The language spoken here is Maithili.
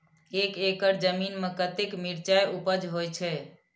एक एकड़ जमीन में कतेक मिरचाय उपज होई छै?